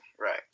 right